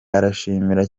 arashimira